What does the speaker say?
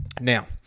Now